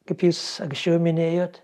kaip jūs anksčiau minėjot